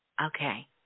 Okay